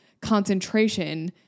concentration